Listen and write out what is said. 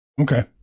Okay